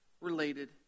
related